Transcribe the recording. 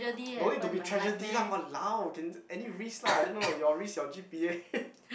don't need to be tragedy lah !walao! can just any risk lah I don't know your risk your g_p_a